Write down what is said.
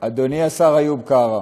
אדוני השר איוב קרא,